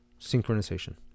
synchronization